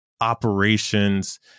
operations